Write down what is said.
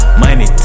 money